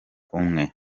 umwe